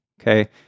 Okay